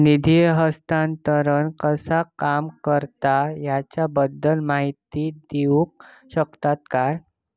निधी हस्तांतरण कसा काम करता ह्याच्या बद्दल माहिती दिउक शकतात काय?